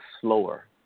slower